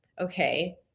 okay